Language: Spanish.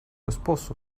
esposo